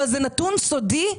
אבל זה נתון סודי.